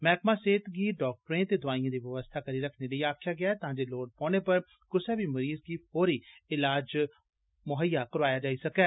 मैहकमां सेहत गी डाक्टरें ते दोआइएं दी व्यवस्था करी रखने लेई आक्खेया गेआ तां जे लोढ़ पौने पर कुसै बी मरीज़ गी फौरी इलाज़ मुहैय्या करोआया जाई सकै